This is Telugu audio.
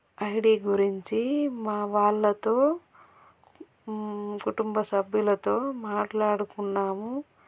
ఐడి గురించి మా వాళ్ళతో కుటుంబ సభ్యులతో మాట్లాడుకున్నాము